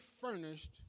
furnished